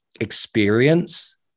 Experience